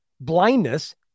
blindness